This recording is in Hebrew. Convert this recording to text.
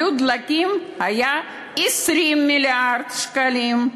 עלות הדלקים הייתה 20 מיליארד שקלים.